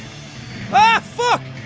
ha! ah, fuck!